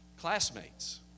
classmates